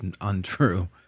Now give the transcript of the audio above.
untrue